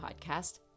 podcast